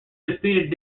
defeated